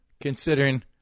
considering